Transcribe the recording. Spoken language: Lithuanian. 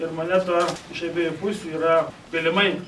ir moneta iš abiejų pusių yra galimai